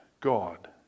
God